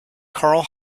karl